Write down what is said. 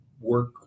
work